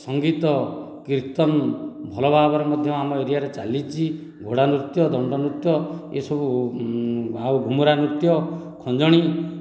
ସଙ୍ଗୀତ କୀର୍ତ୍ତନ ଭଲ ଭାବରେ ମଧ୍ୟ ଆମ ଏରିଆରେ ଚାଲିଛି ଘୋଡ଼ା ନୃତ୍ୟ ଦଣ୍ଡ ନୃତ୍ୟ ଏସବୁ ଆଉ ଘୁମୁରା ନୃତ୍ୟ ଖଞ୍ଜଣୀ